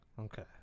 Okay